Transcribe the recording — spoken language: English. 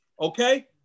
Okay